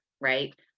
right